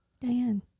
Diane